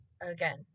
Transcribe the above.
again